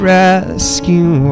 rescue